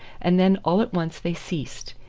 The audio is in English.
and then all at once they ceased,